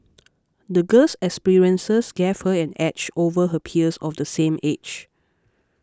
the girl's experiences gave her an edge over her peers of the same age